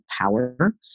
power